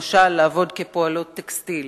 למשל לעבוד כפועלות טקסטיל.